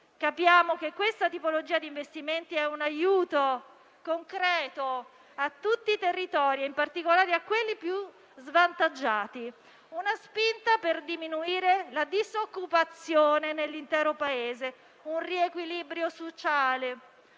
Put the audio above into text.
Questa tipologia di investimenti è un aiuto concreto a tutti i territori, in particolare a quelli più svantaggiati, una spinta per diminuire la disoccupazione nell'intero Paese, un riequilibrio sociale,